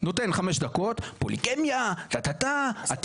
נותן חמש דקות על פוליגמיה, על